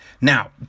Now